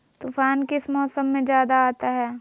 तूफ़ान किस मौसम में ज्यादा आता है?